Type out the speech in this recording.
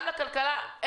גם למשרד הכלכלה,